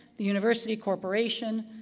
the university corporation,